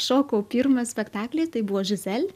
šokau pirmą spektaklį tai buvo žizel